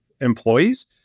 employees